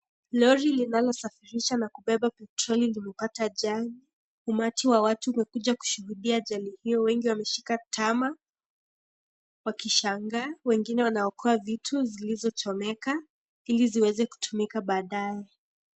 Lori linalosafirisha na kubeba petrol limepata ajali, umati wa watu umekuja kushuhudia ajali hiyo , wengi wameshika tama wakishangaa wengine wanaokoa vitu zilizochomeka hili ziweze kutumika baadae.